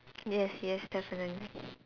yes yes definitely